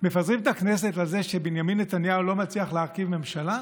מפזרים את הכנסת על זה שבנימין נתניהו לא מצליח להרכיב ממשלה?